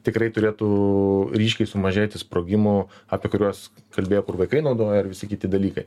tikrai turėtų ryškiai sumažėti sprogimų apie kuriuos kalbėjo kur vaikai naudoja ir visi kiti dalykai